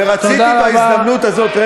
ורציתי בהזדמנות הזאת, תודה רבה.